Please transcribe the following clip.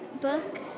book